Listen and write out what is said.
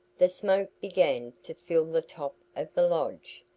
the smoke began to fill the top of the lodge.